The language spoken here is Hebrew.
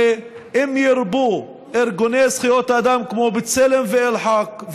ואם ירבו ארגוני זכויות האדם כמו בצלם ואל-חאק,